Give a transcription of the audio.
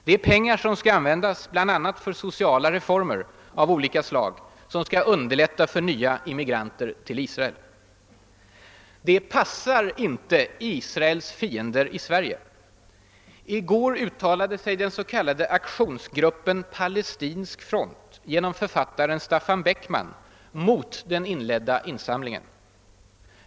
Det är pengar som skall användas bl.a. för sociala reformer av olika slag som skall underlätta för nya immigranter till Israel. Det passar inte Israels fiender i Sverige. I går uttalade sig den s.k. Aktionsgruppen Palestinsk Front genom författaren Staffan Beckman mot den inledda insamlingen.